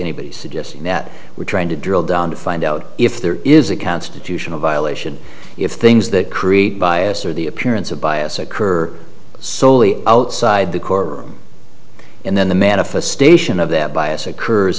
anybody's guess that we're trying to drill down to find out if there is a constitutional violation if things that create bias or the appearance of bias occur soley outside the core and then the manifestation of that bias occurs